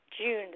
June